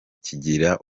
kigira